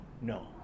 no